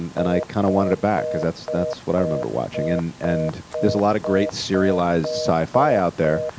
and i kind of wanted it back, because that's that's what i remember watching. and and there's a lot of great serialized sci-fi out there,